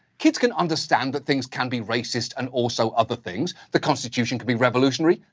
kids can understand that things can be racist and also other things. the constitution can be revolutionary,